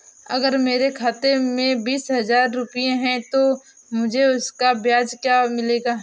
अगर मेरे खाते में बीस हज़ार रुपये हैं तो मुझे उसका ब्याज क्या मिलेगा?